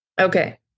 Okay